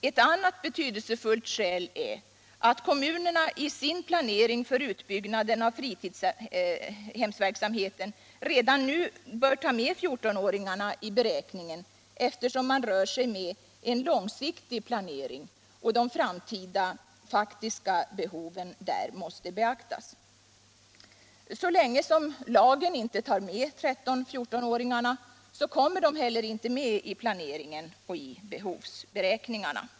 Ett annat betydelsefullt skäl är att kommunerna i sin planering för utbyggnaden av fritidshemsverksamheten redan nu bör ta med 14-åringarna i beräkningen eftersom man rör sig med en långsiktig planering och de framtida faktiska behoven där måste be aktas. Så länge lagen inte tar med 13 och 14-åringarna så kommer de heller inte med i planeringen och i behovsberäkningarna.